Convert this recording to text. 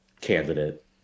candidate